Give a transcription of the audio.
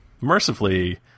Mercifully